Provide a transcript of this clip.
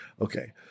Okay